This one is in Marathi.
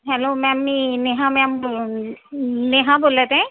hello ma'am Neha ma'am Neha नेहा बोलत आहे